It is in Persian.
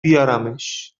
بیارمش